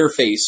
interface